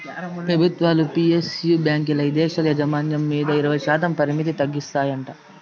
పెబుత్వాలు పి.ఎస్.యు బాంకీల్ల ఇదేశీ యాజమాన్యం మీద ఇరవైశాతం పరిమితి తొలగిస్తాయంట